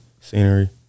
scenery